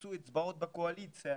חיפשו אצבעות בקואליציה,